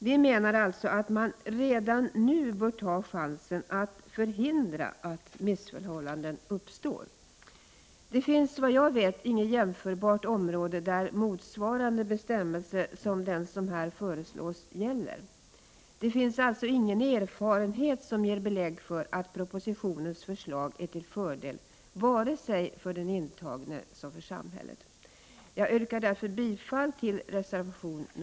Vi menar att man redan nu bör ta chansen att förhindra att missförhållanden uppstår. Det finns, såvitt jag vet, inget jämförbart område där motsvarande bestämmelse som den som här föreslås gäller. Det finns alltså ingen erfarenhet som ger belägg för att propositionens förslag är till fördel vare sig för den intagne eller för samhället. Jag yrkar därför bifall till reservation nr 1.